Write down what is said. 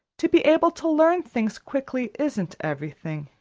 to be able to learn things quickly isn't everything.